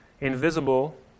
invisible